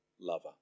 lover